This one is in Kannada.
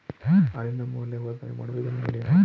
ಹಾಲಿನ ಮೌಲ್ಯವರ್ಧನೆ ಮಾಡುವ ವಿಧಾನಗಳೇನು?